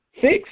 six